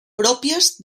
pròpies